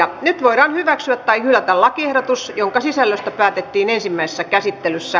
nyt voidaan hyväksyä tai hylätä lakiehdotus jonka sisällöstä päätettiin ensimmäisessä käsittelyssä